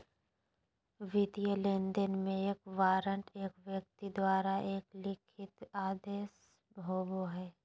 वित्तीय लेनदेन में, एक वारंट एक व्यक्ति द्वारा एक लिखित आदेश होबो हइ